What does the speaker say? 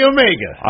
Omega